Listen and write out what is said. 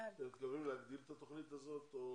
אתם מתכוונים להגדיל את התוכנית הזאת או